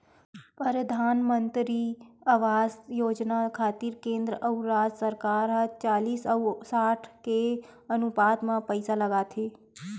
परधानमंतरी आवास योजना खातिर केंद्र अउ राज सरकार ह चालिस अउ साठ के अनुपात म पइसा लगाथे